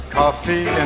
coffee